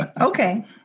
Okay